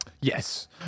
Yes